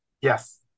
yes